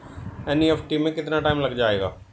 NEFT में कितना time लग जाएगा?